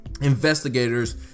investigators